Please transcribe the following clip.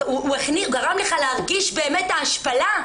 הוא גרם לך להרגיש באמת השפלה,